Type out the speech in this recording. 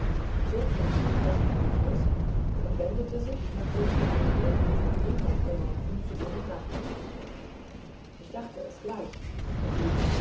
zog den schubkasten heraus und wendete sich nachdem sie einen blick auf den inhalt geworfen zu ihrem gatten ichdachteesgleich sagtesie